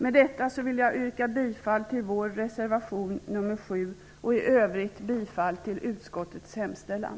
Med detta yrkar jag bifall vår reservation nr 7 samt i övrigt bifall till utskottets hemställan.